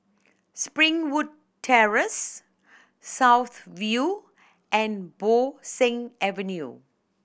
Springwood Terrace South View and Bo Seng Avenue